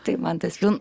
tai man tas jum